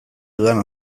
dudan